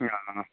অঁ